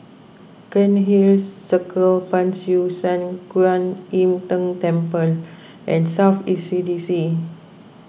Cairnhill Circle Ban Siew San Kuan Im Tng Temple and South East C D C